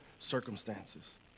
circumstances